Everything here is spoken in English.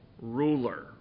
ruler